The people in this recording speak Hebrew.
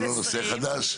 או שהטכנולוגיה השתנתה,